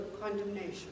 condemnation